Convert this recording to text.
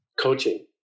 coaching